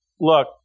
Look